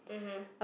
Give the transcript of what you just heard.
mmhmm